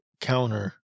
counter